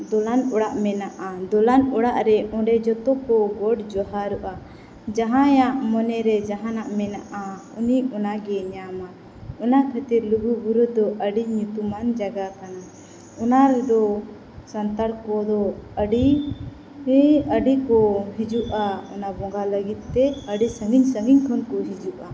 ᱫᱚᱞᱟᱱ ᱚᱲᱟᱜ ᱢᱮᱱᱟᱜᱼᱟ ᱫᱚᱞᱟᱱ ᱚᱲᱟᱜ ᱨᱮ ᱚᱸᱰᱮ ᱡᱚᱛᱚ ᱠᱚ ᱜᱚᱴ ᱡᱚᱦᱟᱨᱚᱜᱼᱟ ᱡᱟᱦᱟᱭᱟᱜ ᱢᱚᱱᱮᱨᱮ ᱡᱟᱦᱟᱱᱟᱜ ᱢᱮᱱᱟᱜᱼᱟ ᱩᱱᱤ ᱚᱱᱟᱜᱮ ᱧᱟᱢᱟ ᱚᱱᱟ ᱠᱷᱟᱹᱛᱤᱨ ᱞᱩᱜᱩ ᱵᱩᱨᱩ ᱫᱚ ᱟᱹᱰᱤ ᱧᱩᱛᱩᱢᱟᱱ ᱡᱟᱜᱟ ᱠᱟᱱᱟ ᱚᱱᱟ ᱨᱮᱫᱚ ᱥᱟᱱᱛᱟᱲ ᱠᱚᱫᱚ ᱟᱹᱰᱤ ᱜᱮ ᱟᱹᱰᱤ ᱠᱚ ᱦᱤᱡᱩᱜᱼᱟ ᱚᱱᱟ ᱵᱚᱸᱜᱟ ᱞᱟᱹᱜᱤᱫ ᱛᱮ ᱟᱹᱰᱤ ᱥᱟᱺᱜᱤᱧ ᱥᱟᱺᱜᱤᱧ ᱠᱷᱚᱱ ᱠᱚ ᱦᱤᱡᱩᱜᱼᱟ